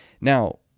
Now